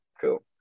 Cool